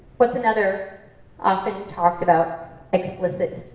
what's another often talked about explicit?